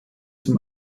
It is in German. zum